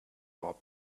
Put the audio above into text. more